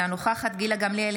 אינה נוכחת גילה גמליאל,